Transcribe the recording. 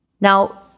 Now